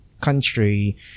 country